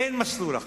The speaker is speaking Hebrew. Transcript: אין מסלול אחר.